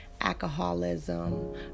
alcoholism